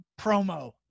promo